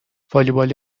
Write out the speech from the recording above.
والیبال